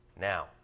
now